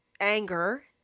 anger